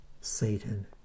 Satan